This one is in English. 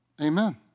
Amen